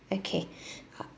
okay